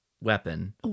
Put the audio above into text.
weapon